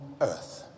earth